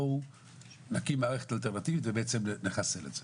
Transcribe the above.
בואו נקים מערכת ובעצם נחסל את זה.